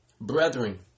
Brethren